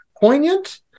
poignant